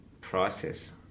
process